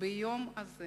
ביום הזה